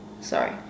sorry